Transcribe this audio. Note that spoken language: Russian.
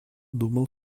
думал